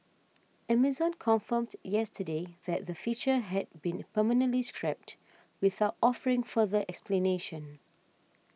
Amazon confirmed yesterday that the feature had been permanently scrapped without offering further explanation